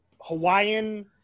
Hawaiian